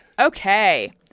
Okay